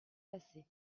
passés